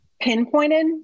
pinpointed